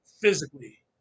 physically